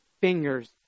fingers